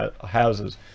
houses